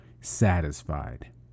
satisfied